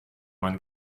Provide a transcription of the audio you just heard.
man